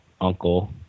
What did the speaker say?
uncle